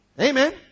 amen